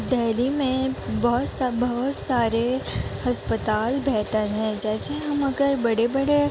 دہلی میں بہت سب بہت سارے ہسپتال بہتر ہیں جیسے ہم اگر بڑے بڑے